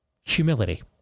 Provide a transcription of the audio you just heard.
Humility